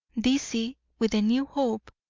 dizzy with the new hope,